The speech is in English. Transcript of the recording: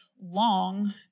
long